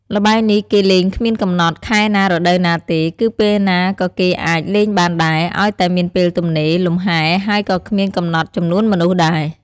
ល្បែងនេះគេលែងគ្មានកំណត់ ខែណា រដូវណាទេ គឺពេលណាក៏គេអាចលេងបានដែរ ឱ្យតែមានពេលទំនេរលំហែរ ហើយក៏គ្មានកំណត់ចំនួនមនុស្សដែរ។